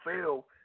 fail